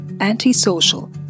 antisocial